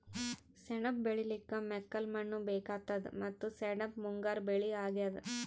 ಸೆಣಬ್ ಬೆಳಿಲಿಕ್ಕ್ ಮೆಕ್ಕಲ್ ಮಣ್ಣ್ ಬೇಕಾತದ್ ಮತ್ತ್ ಸೆಣಬ್ ಮುಂಗಾರ್ ಬೆಳಿ ಅಗ್ಯಾದ್